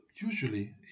usually